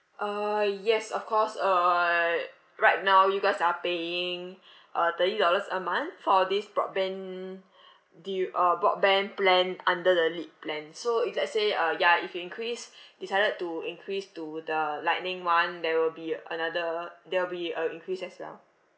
uh yes of course uh right now you guys are paying uh thirty dollars a month for this broadband dea~ uh broadband plan under the lite plan so if let's say uh ya if you increase decided to increase to the lightning one there will be another there will be a increase as well